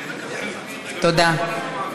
תודה.